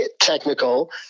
technical